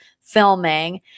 filming